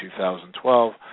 2012